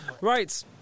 right